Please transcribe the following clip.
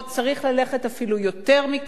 צריך ללכת אפילו יותר מכך.